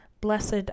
blessed